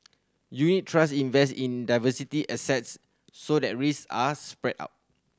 unit trust invest in diversity assets so that risk are spread out